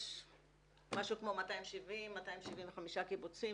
יש משהו כמו 270-275 קיבוצים.